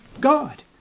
God